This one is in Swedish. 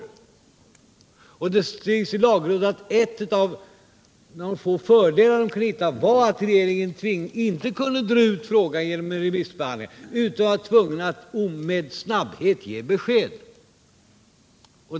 En av de få fördelar med denna lag som lagrådet kunde finna var att regeringen inte kunde dra ut på behandlingen av frågan genom ett remissförfarande utan var tvungen att med snabbhet ge besked.